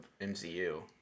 MCU